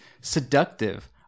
Seductive